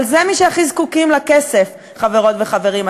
אבל זה מי שהכי זקוקים לכסף, חברות וחברים.